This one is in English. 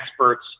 experts